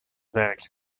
werk